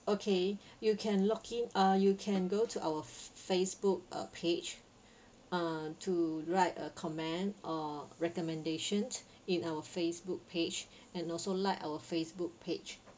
okay you can log in uh you can go to our f~ Facebook uh page uh to write a comment or recommendation in our Facebook page and also like our Facebook page